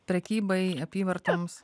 prekybai apyvartoms